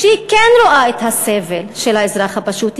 שכן רואה את הסבל של האזרח הפשוט,